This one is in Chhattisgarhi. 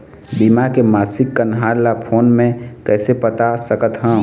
बीमा के मासिक कन्हार ला फ़ोन मे कइसे पता सकत ह?